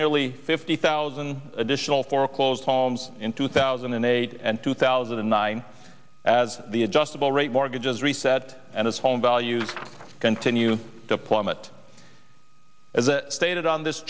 nearly fifty thousand additional foreclosed homes in two thousand and eight and two thousand and nine as the adjustable rate mortgages reset and as home values continue to plummet as stated on this